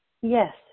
Yes